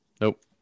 Nope